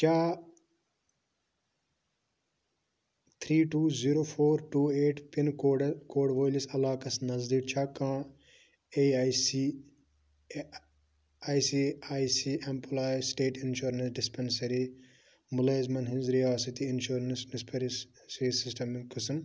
کیٛاہ three two zero four two eight pin code code وٲلِس علاقس نٔزدیٖک چھا کانٛہہ ایٚے I C I C I C employee state insurance dispensary مُلٲزمَن ہٕنٛز رِیاستی اِنشورَنٕس سِسٹَم